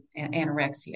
Anorexia